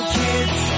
kids